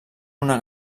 una